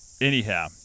Anyhow